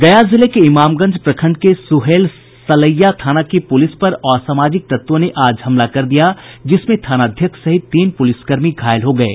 गया जिले के इमामगंज प्रखंड के सुहैल सलैया थाना की पुलिस पर असामाजिक तत्वों ने आज हमला कर दिया जिसमें थानाध्यक्ष सहित तीन पुलिसकर्मी घायल हो गये